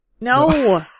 No